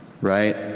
right